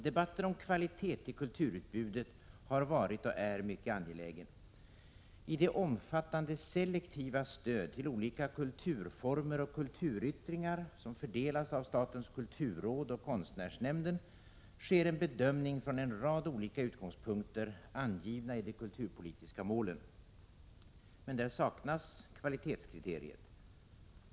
Debatten om kvalitet i kulturutbudet har varit och är mycket angelägen. I det omfattande selektiva stöd till olika kulturformer och kulturyttringar som fördelas av statens kulturråd och konstnärsnämnden sker en bedömning från en rad olika utgångspunkter angivna i de kulturpolitiska målen. Men där saknas kvalitetskriteriet.